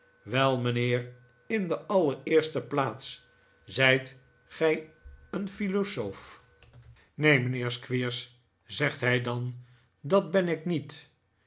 wel mijnheer in de allereerste plaats zijt gij een philosoof neen mijnheer squeers zegt hij dan dat ben ik niet